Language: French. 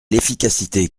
l’efficacité